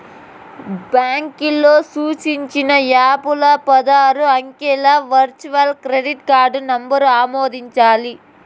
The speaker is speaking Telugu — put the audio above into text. బాంకోల్లు సూచించిన యాపుల్ల పదారు అంకెల వర్చువల్ క్రెడిట్ కార్డు నంబరు ఆమోదించాలి